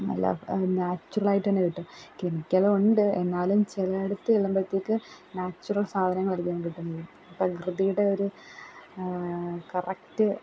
നല്ല നാച്ചുറലായിട്ടുതന്നെ കിട്ടും കെമിക്കലുണ്ട് എന്നാലും ചിലയിടത്ത് ചെല്ലുമ്പോഴത്തേക്ക് നാച്ചുറൽ സാധനങ്ങളായിരിക്കും കിട്ടുന്നത് പ്രകൃതിയുടെ ഒരു കറക്റ്റ്